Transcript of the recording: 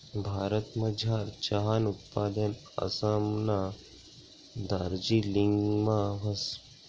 भारतमझार चहानं उत्पादन आसामना दार्जिलिंगमा व्हस